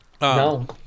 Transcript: No